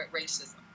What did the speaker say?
racism